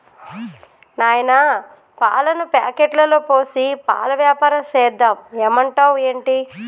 నాయనా పాలను ప్యాకెట్లలో పోసి పాల వ్యాపారం సేద్దాం ఏమంటావ్ ఏంటి